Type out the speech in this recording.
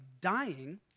dying